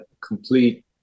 complete